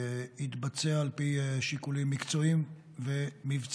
זה יתבצע על פי שיקולים מקצועיים ומבצעיים.